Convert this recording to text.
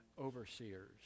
overseers